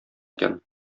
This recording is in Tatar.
икән